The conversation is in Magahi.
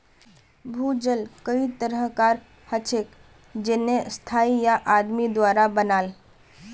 भूजल कई तरह कार हछेक जेन्ने स्थाई या आदमी द्वारा बनाल